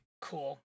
Cool